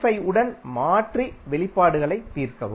5 உடன்மாற்றிவெளிப்பாடுகளை தீர்க்கவும்